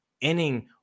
inning